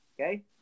okay